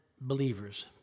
believers